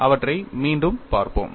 அவற்றை மீண்டும் பார்ப்போம்